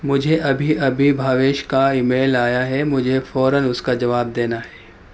مجھے ابھی ابھی بھاویش کا ای میل آیا ہے مجھے فوراً اس کا جواب دینا ہے